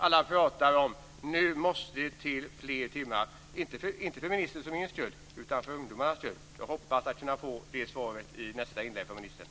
Alla talar om att det nu måste till fler timmar. De behövs inte för ministerns och min skull utan för ungdomarnas skull. Jag hoppas att kunna få det svaret i nästa inlägg från ministern.